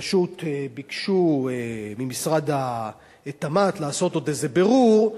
פשוט ביקשו ממשרד התמ"ת לעשות עוד איזה בירור,